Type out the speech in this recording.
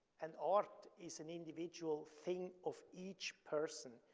an art is an individual thing of each person.